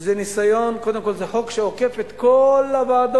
זה ניסיון, קודם כול, זה חוק שעוקף את כל הוועדות,